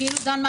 דן,